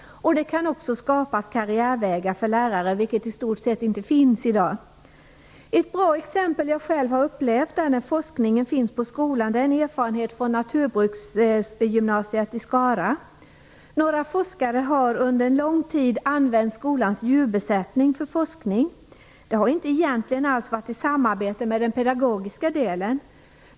Det kan också skapas karriärvägar för lärare, som i stort sett inte finns i dag. Ett bra exempel som jag själv har upplevt är när forskningen finns på skolan. Det är en erfarenhet från naturbruksgymnasiet i Skara. Några forskare har under en lång tid använt skolans djurbesättning för forskning. Det har egentligen inte alls skett i samarbete med den pedagogiska delen.